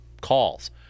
calls